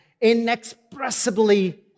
inexpressibly